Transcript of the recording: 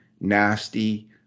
nasty